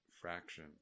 fraction